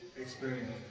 experience